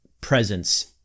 presence